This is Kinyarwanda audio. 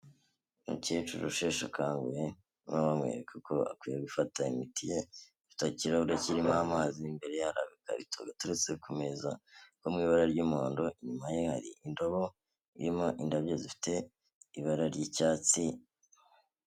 Umukecuru usheshe akanguhe bamwereka uko akwiye gufata imiti ye, afite ikirarahure kirimo amazi, imbere hari agakarito gateretse ku meza ko mu ibara ry'umuhondo, inyuma ye hari indobo irimo indabyo zifite ibara ry'icyatsi.